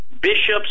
bishops